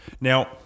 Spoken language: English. Now